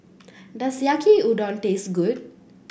does Yaki Udon taste good